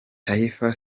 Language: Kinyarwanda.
taifa